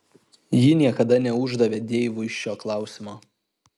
ji niekada neuždavė deivui šio klausimo